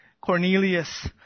Cornelius